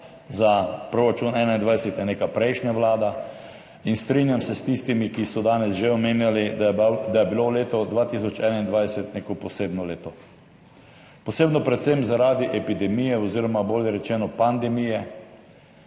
za proračun 2021 je neka prejšnja vlada. Strinjam se s tistimi, ki so danes že omenjali, da je bilo leto 2021 neko posebno leto. Posebno predvsem zaradi epidemije oziroma bolje rečeno pandemije.